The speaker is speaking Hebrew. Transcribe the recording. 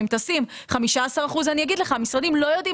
אם תשים 15% אני אגיד לך שהמשרדים לא יודעים